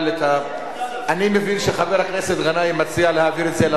אני מבין שחבר הכנסת גנאים מציע להעביר את הנושא לוועדה,